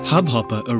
Hubhopper